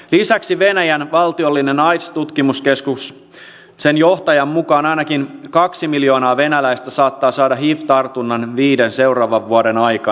lisäksi venäjän valtiollisen aids tutkimuskeskuksen johtajan mukaan ainakin kaksi miljoonaa venäläistä saattaa saada hiv tartunnan seuraavan viiden vuoden aikana